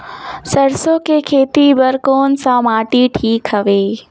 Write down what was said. सरसो के खेती बार कोन सा माटी ठीक हवे?